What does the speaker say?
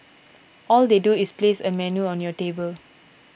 all they do is place a menu on your table